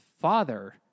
father